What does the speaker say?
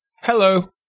Hello